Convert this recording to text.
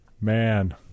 man